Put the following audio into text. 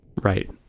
Right